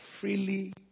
freely